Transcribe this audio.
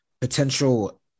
potential